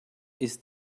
ist